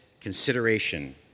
consideration